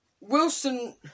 Wilson